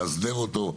להסדיר אותו?